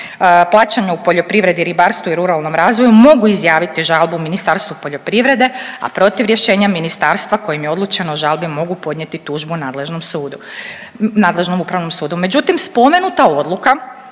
plaćanje u poljoprivredi, ribarstvu i ruralnom razvoju mogu izjaviti žalbu Ministarstvu poljoprivrede, a protiv rješenja ministarstva kojim je odlučeno o žalbi mogu podnijeti tužbu nadležnom upravnom sudu. Međutim, spomenuta odluka